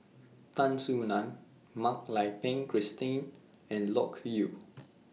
Tan Soo NAN Mak Lai Peng Christine and Loke Yew